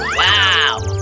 wow.